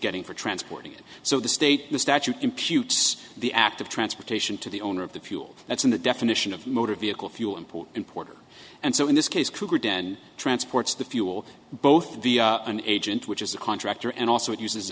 getting for transporting it so the state the statute imputes the act of transportation to the owner of the fuel that's in the definition of motor vehicle fuel import importer and so in this case cougar den transports the fuel both the an agent which is a contractor and also it uses